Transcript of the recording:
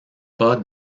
pas